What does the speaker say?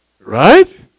Right